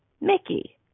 Mickey